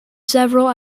several